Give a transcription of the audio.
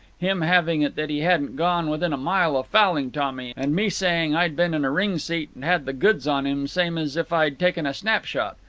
him having it that he hadn't gone within a mile of fouling tommy and me saying i'd been in a ring-seat and had the goods on him same as if i'd taken a snap-shot.